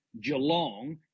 Geelong